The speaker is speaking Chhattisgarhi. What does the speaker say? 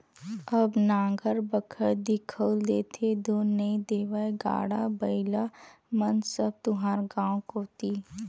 अब नांगर बखर दिखउल देथे धुन नइ देवय गाड़ा बइला मन सब तुँहर गाँव कोती